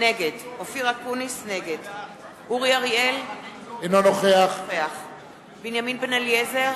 נגד אורי אריאל, אינו נוכח בנימין בן-אליעזר,